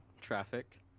traffic